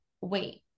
wait